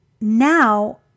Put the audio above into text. now